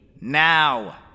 Now